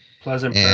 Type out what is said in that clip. Pleasant